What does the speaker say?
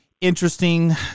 interesting